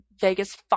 Vegas